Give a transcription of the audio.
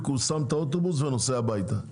הוא שם את האוטובוס והוא נוסע הביתה?